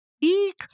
Eek